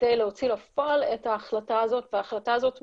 כדי להוציא לפועל את ההחלטה הזאת וההחלטה הזאת מקוימת.